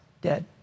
dead